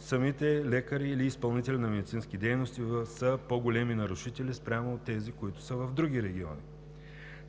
самите лекари или изпълнители на медицински дейности са по големи нарушители спрямо тези, които са в други региони.